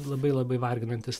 labai labai varginantis